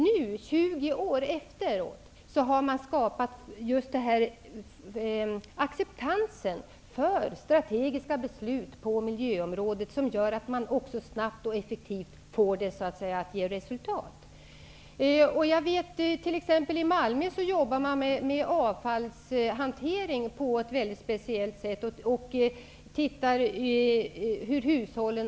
Nu, tjugo år efteråt, har man skapat en acceptans för strategiska beslut på miljöområdet som gör att man snabbt och effektivt kan nå resultat. I Malmö jobbar man t.ex. med avfallshantering på ett mycket speciellt sätt. Man ser över hushållen.